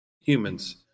humans